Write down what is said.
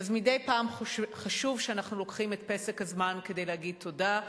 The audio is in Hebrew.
אז מדי פעם חשוב שאנחנו לוקחים את פסק הזמן כדי להגיד תודה.